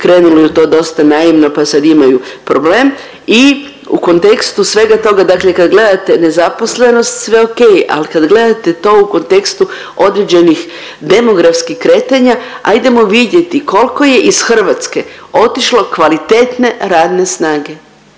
krenuli u to dosta naivno pa sad imaju problem i u kontekstu svega toga, dakle kad gledate nezaposlenost sve ok, ali kad gledate to u kontekstu određenih demografskih kretanja ajdemo vidjeti koliko je iz Hrvatske otišlo kvalitetne radne snage,